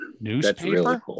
newspaper